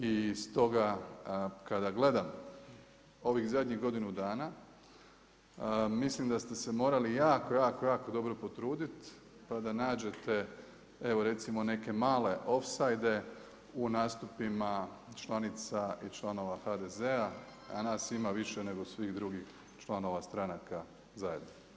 I stoga kada gledam ovih zadnjih godinu dana mislim da ste se morali jako, jako, jako dobro potruditi pa da nađete evo recimo neke male ofsajde u nastupima članica i članova HDZ-a, a nas ima više nego svih drugih članova stranaka zajedno.